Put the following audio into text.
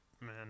man